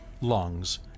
lungs